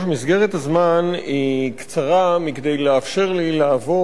מסגרת הזמן היא קצרה מכדי לאפשר לי לעבור